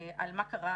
מה קרה